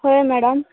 ହୁଏ ମ୍ୟାଡ଼ାମ୍